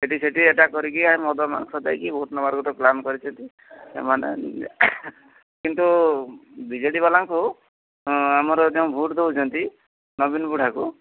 ଏଇଠି ସେଇଠି ଏଇଟା କରିକି ମଦ ମାଂସ ଦେଇକି ଭୋଟ୍ ନେବାର ଗୋଟେ ପ୍ଲାନ୍ କରିଛନ୍ତି ଏମାନେ କିନ୍ତୁ ବି ଜେ ଡ଼ି ବାଲାଙ୍କୁ ଆମର ଯେଉଁ ଭୋଟ୍ ଦେଉଛନ୍ତି ନବୀନ ବୁଢ଼ାକୁ